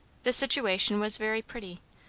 the situation was very pretty,